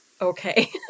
okay